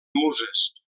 muses